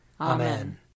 Amen